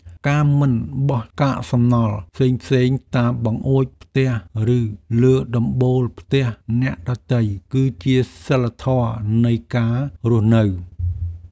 ការមិនបោះកាកសំណល់ផ្សេងៗតាមបង្អួចផ្ទះឬលើដំបូលផ្ទះអ្នកដទៃគឺជាសីលធម៌នៃការរស់នៅ។